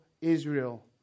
Israel